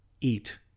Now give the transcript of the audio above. eat